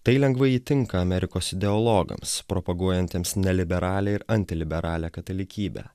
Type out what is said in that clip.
tai lengvai įtinka amerikos ideologams propaguojantiems neliberalią ir antiliberalią katalikybę